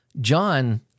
John